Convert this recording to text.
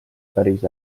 päris